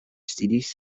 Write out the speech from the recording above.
studies